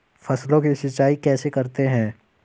फसलों की सिंचाई कैसे करते हैं?